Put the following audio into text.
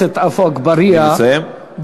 חבר הכנסת עפו אגבאריה ביקש,